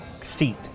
seat